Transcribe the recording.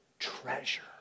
treasure